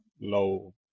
low